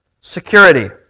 security